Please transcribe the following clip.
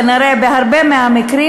כנראה בהרבה מהמקרים,